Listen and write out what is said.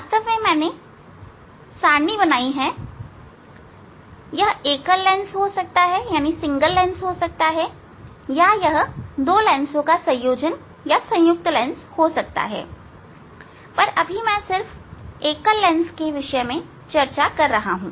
वास्तव में मैंने सारणी बनाई है यह एकल लेंस हो सकता है या यह दो लेंस का संयोजन हो सकता है पर मैं सिर्फ एकल लेंस के विषय में चर्चा कर रहा हूं